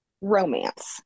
romance